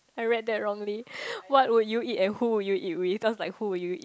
I read that wrongly what would you eat and who would you eat with sounds like who would you eat